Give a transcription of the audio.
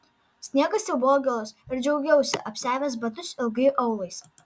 sniegas jau buvo gilus ir džiaugiausi apsiavęs batus ilgai aulais